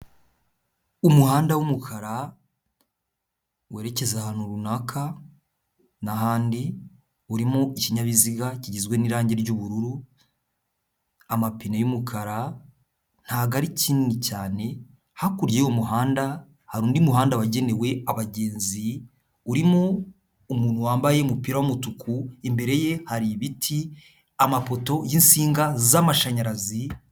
Umuhanda w'umukara, werekeza ahantu runaka, n'ahandi, urimo ikinyabiziga kigizwe n'irangi ry'ubururu, amapine y'umukara, ntago ari kinini cyane, hakurya y'uwo muhanda, hari undi muhanda wagenewe abagenzi, urimo umuntu wambaye umupira w'umutuku, imbere ye hari ibiti, amapoto y'insinga z'amashanyarazi...